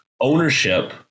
ownership